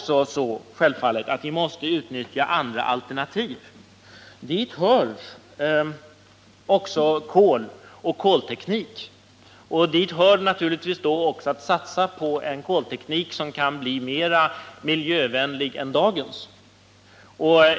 Självfallet måste vi också utnyttja andra alternativ. Dit hör kol och kolteknik. Men det gäller naturligtvis att satsa på en kolteknik som kan bli inlig än dagens.